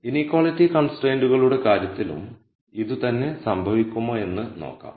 inequality കൺസ്ട്രൈയ്ന്റുകളുടെ കാര്യത്തിലും ഇതുതന്നെ സംഭവിക്കുമോ എന്ന് നോക്കാം